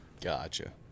Gotcha